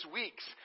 weeks